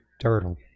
Turtle